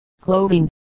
Clothing